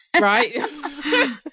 Right